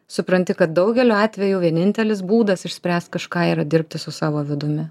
supranti kad daugeliu atveju vienintelis būdas išspręst kažką yra dirbti su savo vidumi